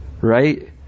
right